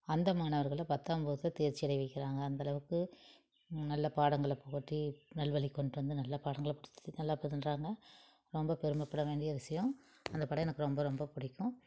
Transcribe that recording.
அந்த மாணவர்களை பத்தாம் வகுப்பில் தேர்ச்சி அடைய வைக்கிறாங்க அந்தளவுக்கு நல்ல பாடங்களை புகட்டி நல்வழிக்கு கொண்டுட்டு வந்து நல்லா பாடங்களை கொடுத்து நல்லா ன்றாங்க ரொம்ப பெருமப்பட வேண்டிய விஷயம் அந்த படம் எனக்கு ரொம்ப ரொம்ப பிடிக்கும்